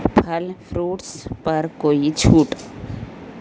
پھل فروٹس پر کوئی چھوٹ